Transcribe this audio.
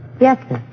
Yes